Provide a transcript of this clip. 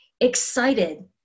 excited